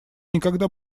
никогда